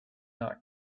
not